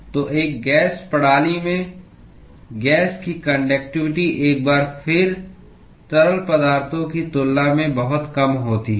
तो एक गैस प्रणाली में गैस की कान्डक्टिवटी एक बार फिर तरल पदार्थों की तुलना में बहुत कम होती है